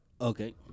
Okay